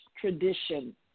tradition